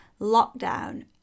lockdown